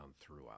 throughout